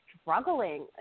struggling